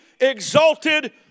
exalted